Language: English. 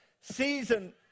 season